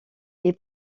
est